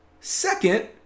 Second